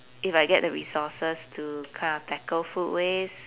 if I get the resources to kind of tackle food waste